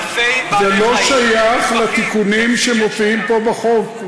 זה לא שייך לתיקונים שמופיעים פה בחוק.